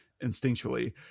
instinctually